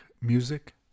music